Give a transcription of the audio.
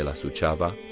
ah suceava,